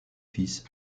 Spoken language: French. fils